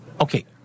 Okay